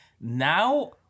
now